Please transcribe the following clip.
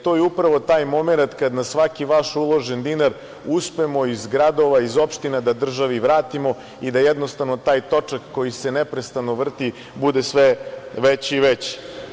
To je upravo taj momenat kada na svaki vaš uložen dinar uspemo iz gradova, iz opština da državi vratimo i da jednostavno taj točak koji se neprestano vrti bude sve veći i veći.